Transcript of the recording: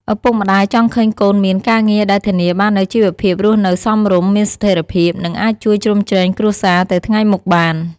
ឪពុកម្ដាយចង់ឃើញកូនមាន ការងារដែលធានាបាននូវជីវភាពរស់នៅសមរម្យ មានស្ថិរភាព និងអាចជួយជ្រោមជ្រែងគ្រួសារទៅថ្ងៃមុខបាន។